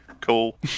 Cool